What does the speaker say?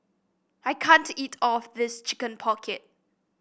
I can't eat of this Chicken Pocket